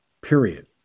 Period